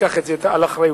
תיקח את זה על אחריותה,